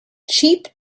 cheap